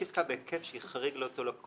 להערה של לאומי